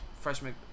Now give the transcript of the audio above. freshman